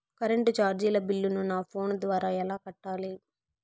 Current చార్జీల బిల్లును, నా ఫోను ద్వారా ఎలా కట్టాలి?